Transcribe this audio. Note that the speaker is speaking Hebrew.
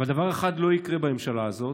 אבל דבר אחד לא יקרה בממשלה הזאת: